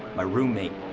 my roommate,